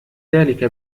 ذلك